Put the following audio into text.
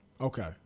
Okay